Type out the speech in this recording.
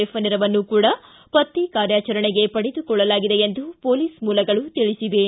F ನೆರವನ್ನು ಕೂಡ ಪತ್ತೆ ಕಾರ್ಯಾಚರಣೆಗೆ ಪಡೆದುಕೊಳ್ಳಲಾಗಿದೆ ಎಂದು ಪೊಲೀಸ್ ಮೂಲಗಳು ತಿಳಿಸಿವೆ